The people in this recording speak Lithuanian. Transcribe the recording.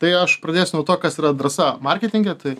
tai aš pradėsiu nuo to kas yra drąsa marketinge tai